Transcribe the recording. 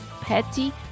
petty